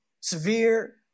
severe